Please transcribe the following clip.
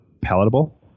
palatable